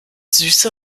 süße